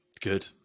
good